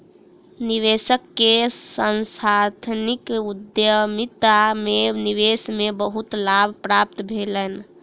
निवेशक के सांस्थानिक उद्यमिता में निवेश से बहुत लाभ प्राप्त भेलैन